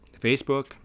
Facebook